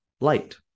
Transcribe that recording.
light